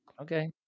Okay